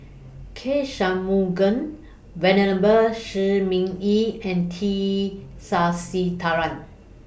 K Shanmugam Venerable Shi Ming Yi and T Sasitharan